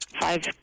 Five